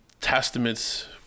testaments